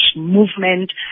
movement